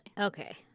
Okay